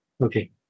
okay